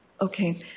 Okay